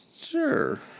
Sure